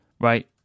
right